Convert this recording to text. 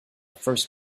first